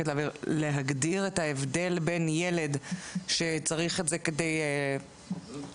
להגדיר את ההבדל בין ילד שצריך את זה כדי לרכוש